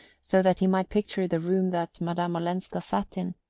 so that he might picture the room that madame olenska sat in.